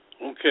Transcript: Okay